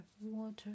water